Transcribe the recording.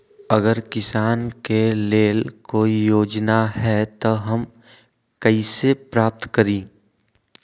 अगर किसान के लेल कोई योजना है त हम कईसे प्राप्त करी?